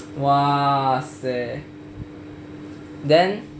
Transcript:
!wahseh! then